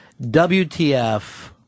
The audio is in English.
WTF